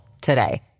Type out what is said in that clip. today